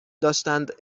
داشتند